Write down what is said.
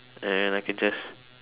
and I can just